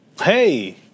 Hey